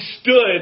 stood